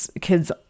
kids